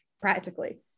practically